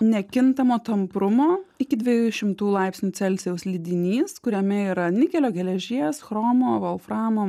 nekintamo tamprumo iki dviejų šimtų laipsnių celsijaus lydinys kuriame yra nikelio geležies chromo volframo